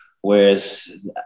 Whereas